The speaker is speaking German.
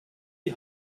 die